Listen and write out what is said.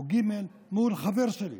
או ג' מול חבר שלי.